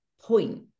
point